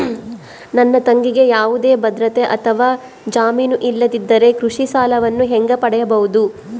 ನನ್ನ ತಂಗಿಗೆ ಯಾವುದೇ ಭದ್ರತೆ ಅಥವಾ ಜಾಮೇನು ಇಲ್ಲದಿದ್ದರೆ ಕೃಷಿ ಸಾಲವನ್ನು ಹೆಂಗ ಪಡಿಬಹುದು?